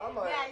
למה?